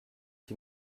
qui